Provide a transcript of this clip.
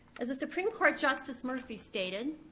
as the supreme court justice murphy stated,